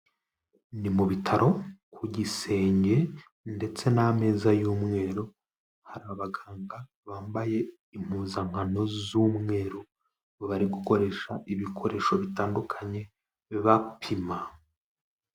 Ni mu bitaro ku gisenge ndetse n'ameza y'umweru, hari abaganga bambaye impuzankano z'umweru, bari gukoresha ibikoresho bitandukanye bibapima.